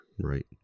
Right